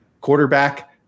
quarterback